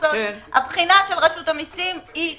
הבחינה של רשות המיסים היא כזו,